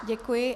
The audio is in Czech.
Děkuji.